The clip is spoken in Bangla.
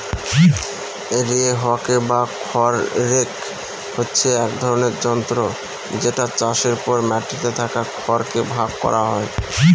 হে রকে বা খড় রেক হচ্ছে এক ধরনের যন্ত্র যেটা চাষের পর মাটিতে থাকা খড় কে ভাগ করা হয়